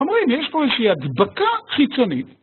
‫אומרים יש פה איזשהי הדבקה חיצונית.